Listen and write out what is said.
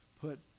Put